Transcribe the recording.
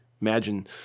Imagine